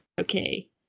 okay